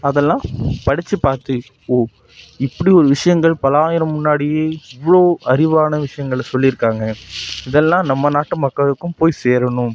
அதெல்லாம் படிச்சு பார்த்து ஓ இப்படி ஒரு விஷயங்கள் பல்லாயிரம் முன்னாடி இவ்வளோ அறிவான விஷயங்கள சொல்லியிருக்காங்க இதெல்லாம் நம்ம நாட்டு மக்களுக்கும் போய் சேரணும்